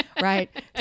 right